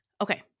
Okay